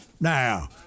Now